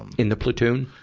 and in the platoon?